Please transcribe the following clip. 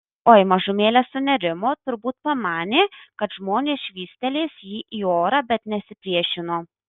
oi mažumėlę sunerimo turbūt pamanė kad žmonės švystelės jį į orą bet nesipriešino